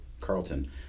Carlton